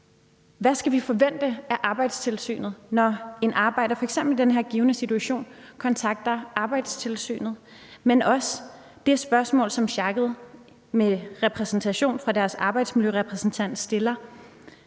Hvad skal vi forvente af Arbejdstilsynet, når en arbejder, f.eks. i den her givne situation, kontakter Arbejdstilsynet? Men jeg vil også gerne høre i forhold til det spørgsmål, som sjakket repræsenteret af deres arbejdsmiljørepræsentant stiller: